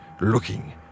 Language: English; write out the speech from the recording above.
looking